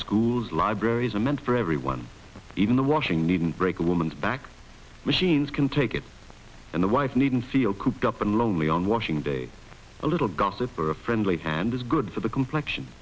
schools libraries are meant for everyone even the washing needn't break a woman's back machines can take it and the wife needn't feel cooped up and lonely on washing day a little gossip or a friendly hand is good for the comple